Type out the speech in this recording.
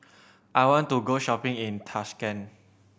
I want to go shopping in Tashkent